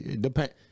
Depends